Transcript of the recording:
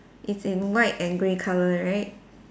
is in white and grey colour right